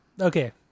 Okay